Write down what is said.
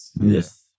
Yes